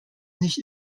nicht